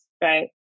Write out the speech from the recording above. right